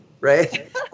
Right